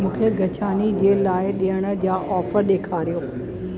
मूंखे गुच्छानी जे लाइ ॾिण जा ऑफर ॾेखारियो